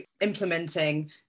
implementing